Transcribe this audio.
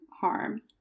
harm